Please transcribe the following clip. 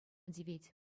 тивет